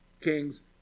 kings